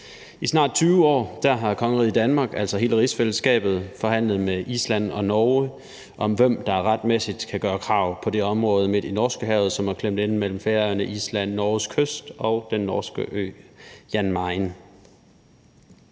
I snart 20 år har kongeriget Danmark, altså hele rigsfællesskabet, forhandlet med Island og Norge om, hvem der retmæssigt kan gøre krav på det område midt i Norskehavet, som er klemt inde mellem Færøerne, Island, Norges kyst og den norske ø Jan Mayen.